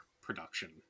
production